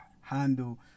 handle